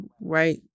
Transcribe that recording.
Right